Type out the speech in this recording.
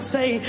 say